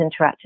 interactive